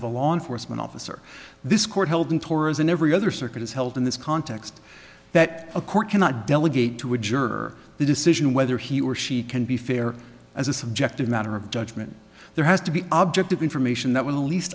of a law enforcement officer this court held in torres and every other circuit is held in this context that a court cannot delegate to a juror the decision whether he or she can be fair as a subjective matter of judgment there has to be object of information that w